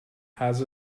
has